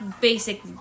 basic